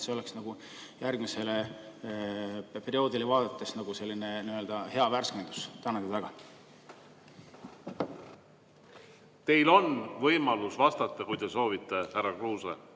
See oleks järgmisele perioodile vaadates selline hea värskendus. Tänan teid väga! Teil on võimalus vastata, kui te soovite, härra Kruuse.